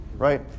right